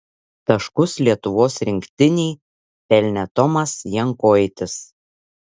taškus lietuvos rinktinei pelnė tomas jankoitis